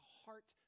heart